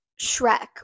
shrek